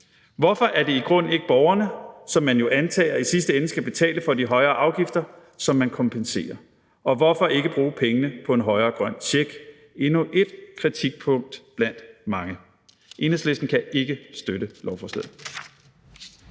Hvorfor er det i grunden ikke borgerne, som man jo antager i sidste ende skal betale for de højere afgifter, som man kompenserer? Og hvorfor ikke bruge pengene på en højere grøn check? Det er endnu et kritikpunkt blandt mange. Enhedslisten kan ikke støtte lovforslaget.